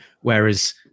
Whereas